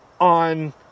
on